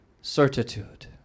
certitude